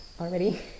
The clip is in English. already